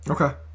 Okay